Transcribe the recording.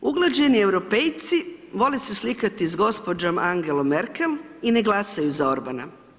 Uglađeni europejci, vole se slikati sa gospođom Angelom Merkel i ne glasaju za Orbana.